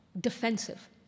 defensive